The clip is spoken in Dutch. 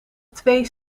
twee